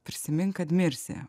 prisimink kad mirsi